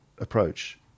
approach